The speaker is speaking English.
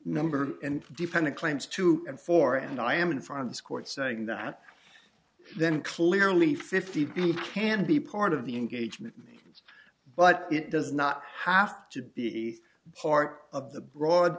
number and defendant claims two and four and i am in front of this court saying that then clearly fifty people can be part of the engagement but it does not have to be part of the broad